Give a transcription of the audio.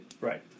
Right